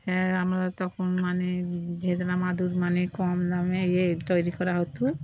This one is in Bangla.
হ্যাঁ আমরা তখন মানে যেগুলো মাদুর মানে কম দামে ইয়ে তৈরি করা হতো